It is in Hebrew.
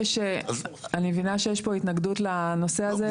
אדוני, אני מבינה שיש פה התנגדות לנושא הזה.